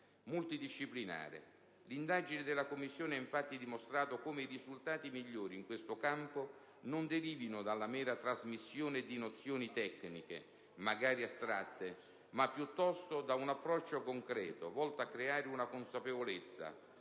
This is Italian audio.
multidisciplinare. L'indagine della Commissione, infatti, ha dimostrato come i risultati migliori in questo campo non derivino dalla mera trasmissione di nozioni tecniche, magari astratte, ma piuttosto da un approccio concreto volto a creare una consapevolezza,